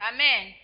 Amen